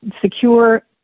secure